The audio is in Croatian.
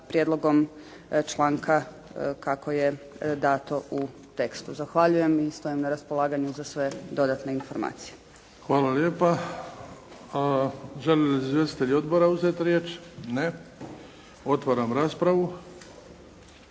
prijedlogom članka kako je dato u tekstu. Zahvaljujem i stojim na raspolaganju za sve dodatne informacije. **Bebić, Luka (HDZ)** Hvala lijepa. Žele li izvjestitelji odbora uzet riječ? Ne. Otvaram raspravu.